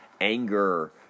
anger